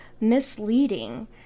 misleading